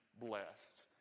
blessed